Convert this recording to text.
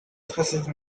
specific